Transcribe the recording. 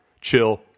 chill